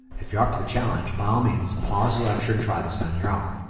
if you are up to the challenge, by all means, pause the lecture and try this on your own.